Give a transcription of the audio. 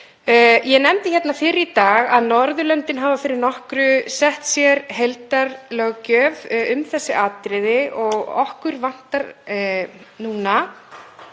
Ég nefndi hér fyrr í dag að Norðurlöndin hefðu fyrir nokkru sett sér heildarlöggjöf um þessi atriði og okkur vantar núna